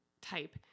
type